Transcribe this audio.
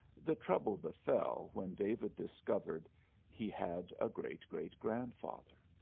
the trouble befell when david discovered he had a great-great-grandfather.